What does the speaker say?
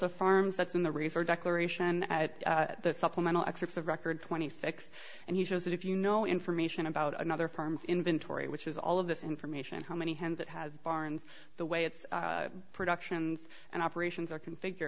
of farms that's in the reserve declaration at the supplemental excerpts of record twenty six and he says that if you know information about another firms inventory which is all of this information how many hands that has barns the way it's productions and operations are configure